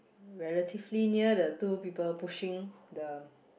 relatively near the two people pushing the